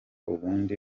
ubundi